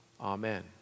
Amen